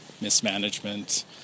mismanagement